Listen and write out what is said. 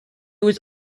was